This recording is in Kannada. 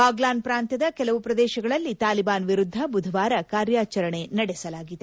ಬಾಗ್ಲಾನ್ ಪ್ರಾಂತ್ಯದ ಕೆಲವು ಪ್ರದೇಶಗಳಲ್ಲಿ ತಾಲಿಬಾನ್ ವಿರುದ್ದ ಬುಧವಾರ ಕಾರ್ಯಚರಣೆ ನಡೆಸಲಾಗಿದೆ